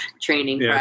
training